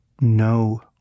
no